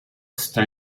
sta